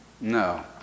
No